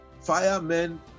firemen